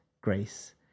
grace